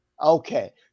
Okay